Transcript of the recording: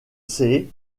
sées